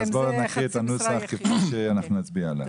אז בואו נקריא את הנוסח כפי שאנחנו נצביע עליו.